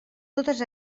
totes